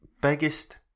biggest